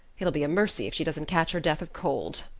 it'll be a mercy if she doesn't catch her death of cold.